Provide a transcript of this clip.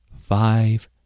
five